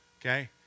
okay